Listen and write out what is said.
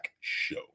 show